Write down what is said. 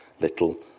little